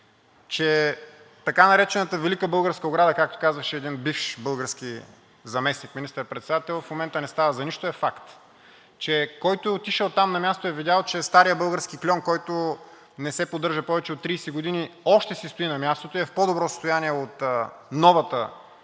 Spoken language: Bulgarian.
че така наречената велика българска ограда, както казваше един бивш български заместник министър-председател, в момента не става за нищо, е факт. Който е отишъл там на място, е видял, че старият български кльон, който не се поддържа повече от 30 години, още си стои на мястото и е в по-добро състояние от новата ограда,